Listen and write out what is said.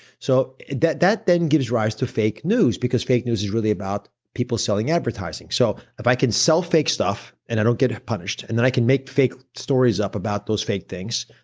so that that then gives rise to fake news because fake news is really about people selling advertising. so, if i can sell fake stuff and i don't get punished and then i can make fake stories up about those fake things,